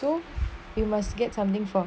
so you must get something from